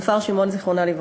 נופר שמעון ז"ל,